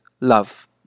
love